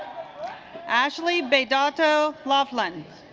ashleighb a dot o loughlin